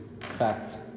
Facts